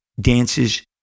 dances